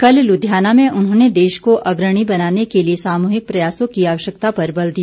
कल लुधियाना में उन्होंने देश को अग्रणी बनाने के लिए सामूहिक प्रयासों की आवश्यकता पर बल दिया